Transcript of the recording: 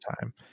time